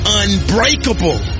unbreakable